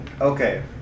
Okay